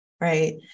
right